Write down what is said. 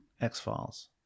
X-Files